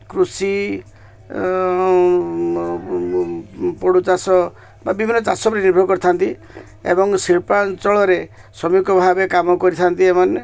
କୃଷି ପୋଡ଼ୁଚାଷ ବା ବିଭିନ୍ନ ଚାଷ ଉପରେ ନିର୍ଭର କରିଥାନ୍ତି ଏବଂ ଶିଳ୍ପାଞ୍ଚଳରେ ଶ୍ରମିକ ଭାବେ କାମ କରିଥାନ୍ତି ଏମାନେ